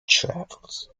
travels